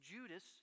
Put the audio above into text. Judas